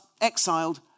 exiled